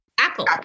Apple